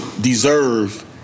deserve